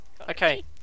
Okay